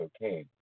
cocaine